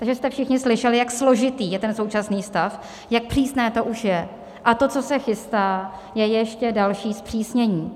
Takže jste všichni slyšeli, jak složitý je ten současný stav, jak přísné to už je, a to, co se chystá, je ještě další zpřísnění.